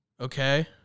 Okay